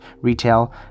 retail